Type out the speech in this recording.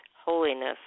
holiness